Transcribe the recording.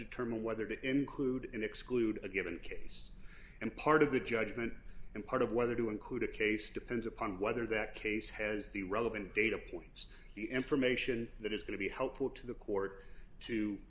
determine whether to include and exclude a given case and part of the judgment and part of whether to include a case depends upon whether that case has the relevant data points the information that is going to be helpful to the court to